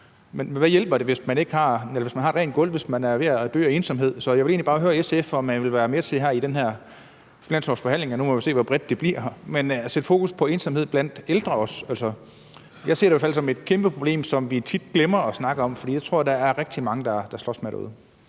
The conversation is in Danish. men hvad hjælper det, at ens gulv er rent, hvis man er ved at dø af ensomhed? Så jeg vil egentlig bare høre SF, om man vil være med til i de her finanslovsforhandlinger – og nu må vi se, hvor bredt det bliver – at sætte fokus på ensomhed blandt ældre også. Jeg ser det i hvert fald som et kæmpe problem, som vi tit glemmer at snakke om, og jeg tror, der er rigtig mange, der slås med